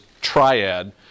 triad